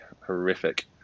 horrific